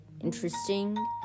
Interesting